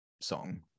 song